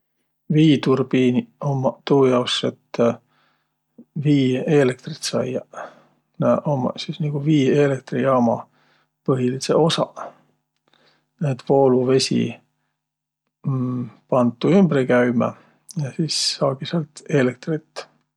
Viiturbiiniq ummaq tuujaos, et viieelektrit saiaq. Nä ummaq sis nigu viieelektrijaama põhilidsõq osaq. Näet, vooluvesi pand tuu ümbre käümä ja sis saagi säält eelektrit.